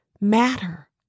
matter